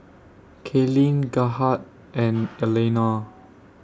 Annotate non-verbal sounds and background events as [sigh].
Kaelyn Gerhardt and [noise] Eleanore